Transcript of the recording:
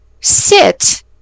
sit